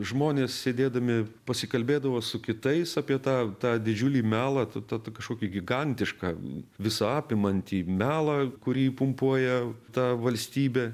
žmonės sėdėdami pasikalbėdavo su kitais apie tą tą didžiulį melą tą tą tą kažkokį gigantišką visa apimantį melą kurį pumpuoja ta valstybė